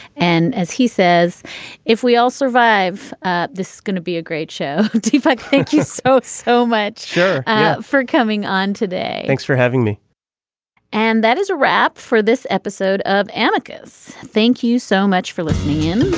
and as he says if we all survive ah this is going to be a great show to fight thank you so so much yeah for coming on today. thanks for having me and that is a wrap for this episode of atticus thank you so much for listening in.